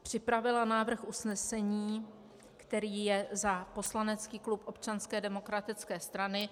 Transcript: Připravila jsem návrh usnesení, který je za poslanecký klub Občanské demokratické strany.